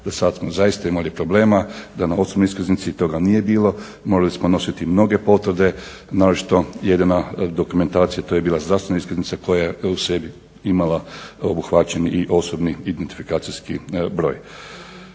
Dosad smo zaista imali problema da na osobnoj iskaznici toga nije bilo, morali smo nositi mnoge potvrde, naročito jedina dokumentacija to je bila zdravstvena iskaznica koja je u sebi imala obuhvaćen i OIB. Ono što bi isto